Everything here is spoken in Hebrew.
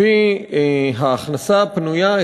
לפי ההכנסה הפנויה,